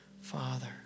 Father